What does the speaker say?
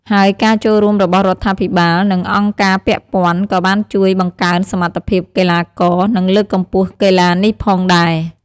ហើយការចូលរួមរបស់រដ្ឋាភិបាល និងអង្គការពាក់ព័ន្ធក៏បានជួយបង្កើនសមត្ថភាពកីឡាករ និងលើកកម្ពស់កីឡានេះផងដែរ។